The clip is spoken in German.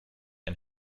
ein